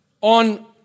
on